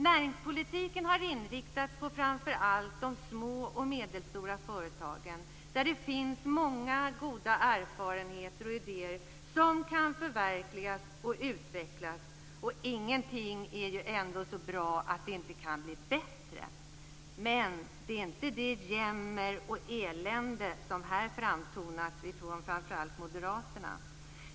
Näringspolitiken har inriktats på framför allt de små och medelstora företagen, där det finns många goda erfarenheter och ideer som kan förverkligas och utvecklas. Ingenting är så bra att det inte kan bli bättre! Det är inte det jämmer och elände som här har framtonat från framför allt moderaterna.